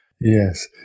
yes